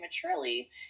prematurely